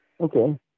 Okay